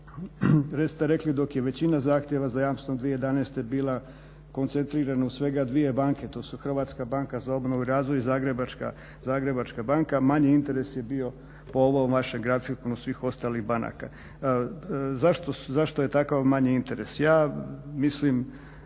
ste rekli dok je većina zahtjeva za jamstvom 2011. bila koncentrirana u svega 2 banke. To su Hrvatska banka za obnovu i razvoj i Zagrebačka banka manji interes je bio po ovom vašem grafikonu svih ostalih banaka. Zašto je takav manji interes? Ja mislim,